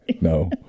No